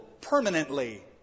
permanently